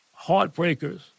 heartbreakers